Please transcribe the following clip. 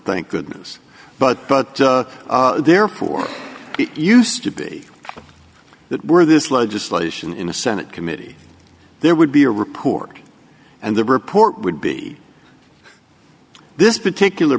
thank goodness but but therefore used to be that were this legislation in a senate committee there would be a report and the report would be this particular